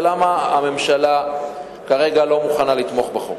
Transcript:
ולמה הממשלה כרגע לא מוכנה לתמוך בחוק?